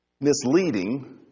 misleading